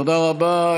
תודה רבה.